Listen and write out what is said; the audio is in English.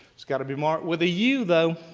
it's got to be marked with a you though.